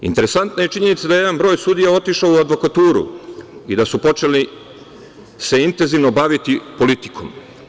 Interesantna je činjenica da je jedan broj sudija otišao u advokaturu i da su počeli intenzivno se baviti politikom.